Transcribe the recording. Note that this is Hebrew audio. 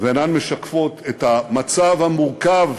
ואינן משקפות את המצב המורכב,